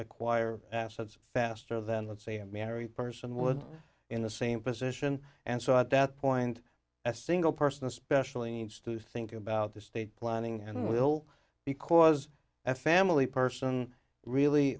acquire assets faster than let's say a married person would in the same position and so at that point a single person especially needs to think about the state planning and will because that family person really